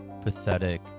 pathetic